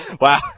wow